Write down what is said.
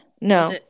no